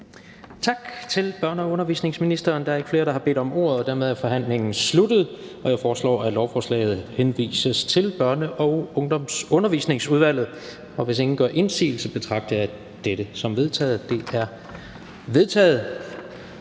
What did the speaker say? Tak til børne- og undervisningsministeren. Der er ikke flere, der har bedt om ordet, og dermed er forhandlingen sluttet. Jeg foreslår, at lovforslaget henvises til Børne- og Undervisningsudvalget. Hvis ingen gør indsigelse, betragter jeg dette som vedtaget. Det er vedtaget.